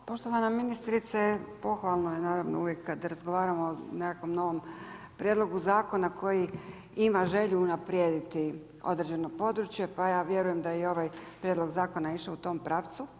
Hvala, poštovana ministrice pohvalno je naravno uvijek kad razgovaramo o nekakvom novom prijedlogu zakona koji ima želju unaprijediti određeno područje pa ja vjerujem da je i ovaj prijedlog zakona išao u tom pravcu.